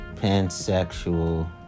Pansexual